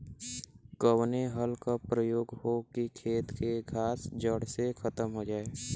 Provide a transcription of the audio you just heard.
कवने हल क प्रयोग हो कि खेत से घास जड़ से खतम हो जाए?